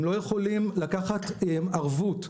הם לא יכולים לקחת ערבות.